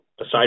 aside